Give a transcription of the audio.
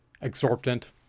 exorbitant